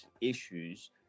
issues